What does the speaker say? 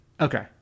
okay